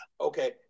Okay